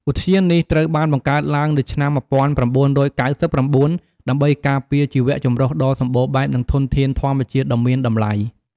ឧទ្យាននេះត្រូវបានបង្កើតឡើងនៅឆ្នាំ១៩៩៩ ដើម្បីការពារជីវៈចម្រុះដ៏សម្បូរបែប និងធនធានធម្មជាតិដ៏មានតម្លៃ។